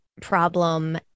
problem